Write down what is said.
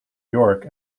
york